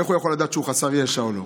איך הוא יכול לדעת שהוא חסר ישע או לא?